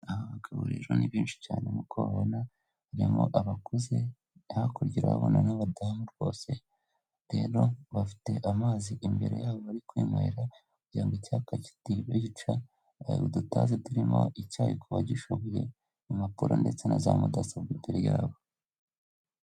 Aba bagabo rero ni benshi cyane nkuko ubabona, harimo abakuze, hakurya babona n'abadamu rwose, rero bafite amazi imbere yabo bari kwinywera, kugira ngo icyaka kitabica, ari mudutasi turimo icyayi kubagishoboye, impapuro ndetse na za mudasobwa dore yabo.